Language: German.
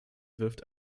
wirft